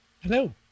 Hello